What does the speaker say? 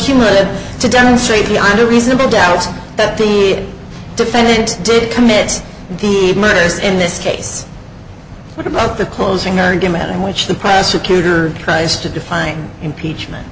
led to demonstrate beyond a reasonable doubt that the defendant did commit the murders in this case what about the closing argument in which the prosecutor tries to define impeachment